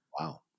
Wow